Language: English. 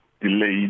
delayed